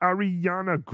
Ariana